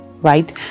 right